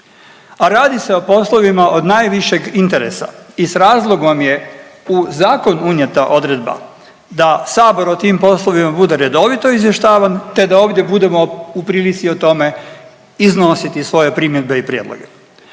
a radi se o poslovima od najvišeg interesa i s razlogom je u zakon unijeta odredba da sabor o tim poslovima bude redovito izvještavan te da ovdje budemo u prilici o tome iznositi svoje primjedbe i prijedloge.